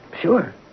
Sure